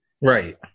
right